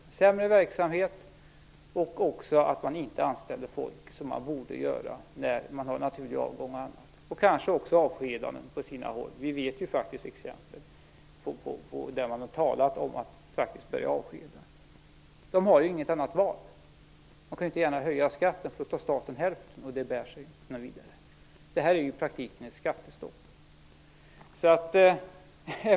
Det blir sämre verksamhet, och man kommer inte att anställa folk på det sätt som man borde göra vid naturlig avgång osv. Kanske kommer man också på sina håll att avskeda. Vi känner till fall där man faktiskt har talat om att börja avskeda. Man har inget annat val. Man kan inte gärna höja skatten, för då tar staten hälften, och det bär sig inte särskilt bra. Det är i praktiken ett skattestopp.